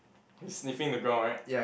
is sniffing the ground right